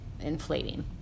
inflating